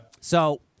So-